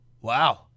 Wow